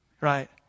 right